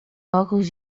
óculos